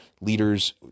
leaders